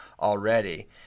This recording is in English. already